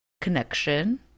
connection